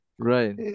Right